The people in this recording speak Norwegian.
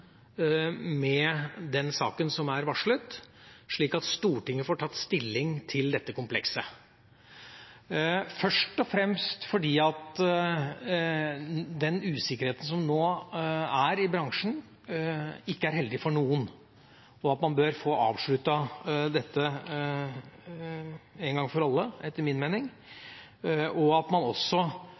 med den saken som er varslet, slik at Stortinget får tatt stilling til dette komplekset, først og fremst fordi den usikkerheten som nå er i bransjen, ikke er heldig for noen, at man bør få avsluttet dette en gang for alle – etter min mening – og at man også